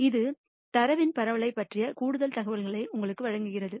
இது தரவின் பரவலைப் பற்றிய கூடுதல் தகவல்களை உங்களுக்கு வழங்குகிறது